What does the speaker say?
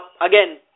again